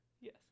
Yes